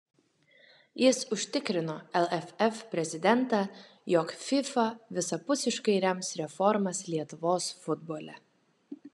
jis užtikrino lff prezidentą jog fifa visapusiškai rems reformas lietuvos futbole